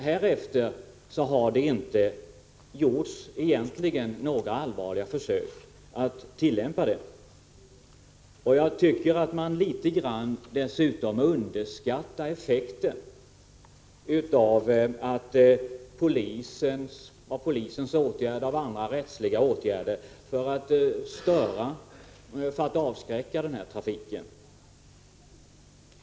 Härefter har det egentligen inte gjorts några allvarliga försök att tillämpa lagen. Dessutom underskattas något effekten av polisens åtgärder och andra rättsliga åtgärder för att avskräcka från denna trafik.